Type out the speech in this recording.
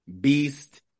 Beast